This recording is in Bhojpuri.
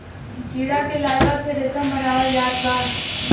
कीड़ा के लार्वा से रेशम बनावल जात बा